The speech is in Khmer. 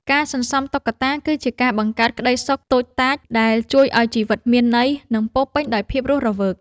ការសន្សំតុក្កតា គឺជាការបង្កើតក្ដីសុខតូចតាច ដែលជួយឱ្យជីវិតមានន័យ និងពោរពេញដោយភាពរស់រវើក។